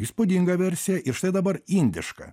įspūdinga versija ir štai dabar indiška